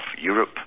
Europe